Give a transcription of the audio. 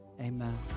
Amen